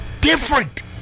different